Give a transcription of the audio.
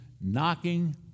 knocking